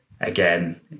again